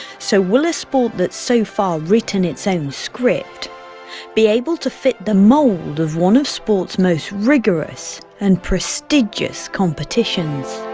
so will a sport that has so far written its own script be able to fit the mould of one of sport's most rigorous and prestigious competitions?